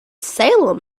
salem